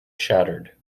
shattered